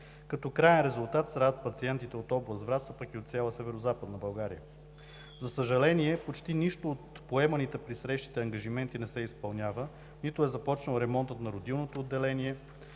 Като краен резултат страдат пациентите от област Враца, пък и от цяла Северозападна България. За съжаление, почти нищо от поеманите при срещите ангажименти не се изпълнява. Нито е започнал ремонтът на родилното отделение,